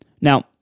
Now